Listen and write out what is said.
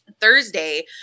Thursday